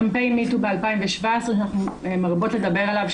קמפיין Me too ב-2017 שאנחנו מרבות לדבר עליו,